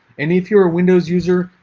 and if you're a windows user,